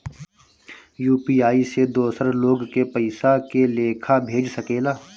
UPI से दोसर लोग के पइसा के लेखा भेज सकेला?